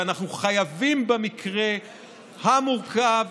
ואנחנו חייבים במקרה המורכב,